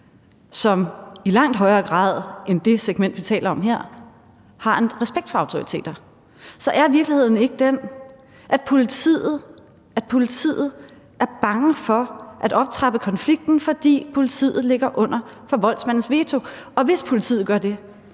som i langt højere grad end det segment, vi taler om her, har en respekt for autoriteter. Så er virkeligheden ikke den, at politiet er bange for at optrappe konflikten, fordi politiet ligger under for voldsmandens veto? Og hvis politiet gør det,